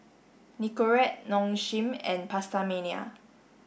Nicorette Nong Shim and PastaMania